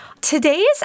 today's